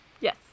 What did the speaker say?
Yes